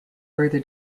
further